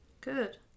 Good